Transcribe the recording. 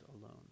alone